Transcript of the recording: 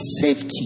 safety